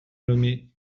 nommé